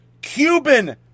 Cuban